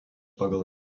pagal